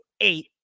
eight